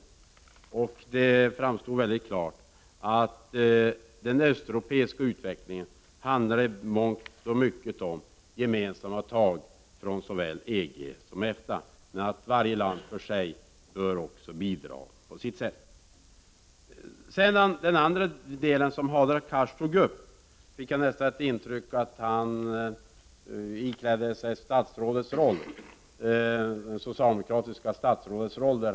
Det framstod mycket klart att den östeuropeiska utvecklingen i mångt och mycket handlar om att EG och EFTA måste ta gemensamma tag. Men alla länder bör också var för sig bidra på sitt sätt. Av vad Hadar Cars sade i den andra frågan som han tog upp fick jag nästan ett intryck av att han iklädde sig ett socialdemokratiskt statsråds roll.